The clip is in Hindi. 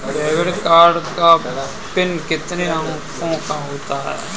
डेबिट कार्ड का पिन कितने अंकों का होता है?